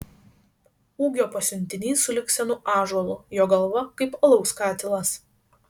ūgio pasiuntinys sulig senu ąžuolu jo galva kaip alaus katilas